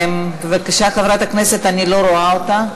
בבקשה, חברת הכנסת, אני לא רואה אותה.